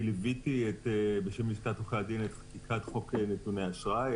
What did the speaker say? ליוויתי בשם לשכת עורכי הדין את חקיקת חוק נתוני אשראי.